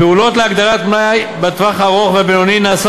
הפעולות להגדלת מלאי בטווח הארוך והבינוני נעשות